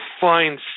find